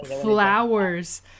flowers